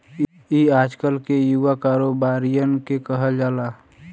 ई आजकल के युवा कारोबारिअन के कहल जाला